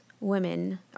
women